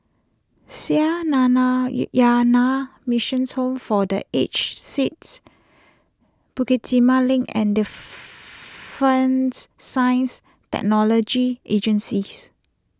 Sree Nana Yana Missions Home for the Aged Sicks Bukit Timah Link and Defence Science Technology Agencies